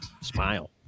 smile